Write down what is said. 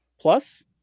Plus